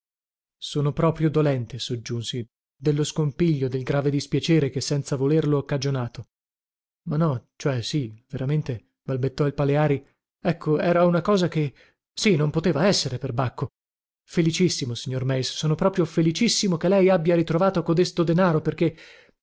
sono proprio dolente soggiunsi dello scompiglio del grave dispiacere che senza volerlo ho cagionato ma no cioè sì veramente balbettò il paleari ecco era una cosa che sì non poteva essere perbacco felicissimo signor meis sono proprio felicissimo che lei abbia ritrovato codesto denaro perché